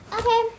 Okay